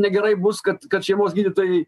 negerai bus kad kad šeimos gydytojai